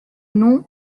nom